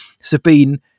sabine